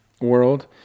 world